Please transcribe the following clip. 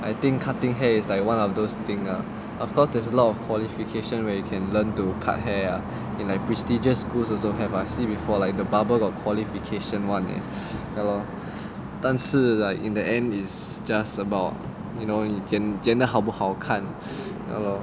I think cutting hair is like one of those things are of course there's a lot of qualification where you can learn to cut hair in a prestigious schools also have I see before like the barber got qualification [one] leh ya lor 但是 like in the end is just about you know 已经剪得好不好看